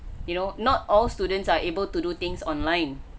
you know not all students are able to do things online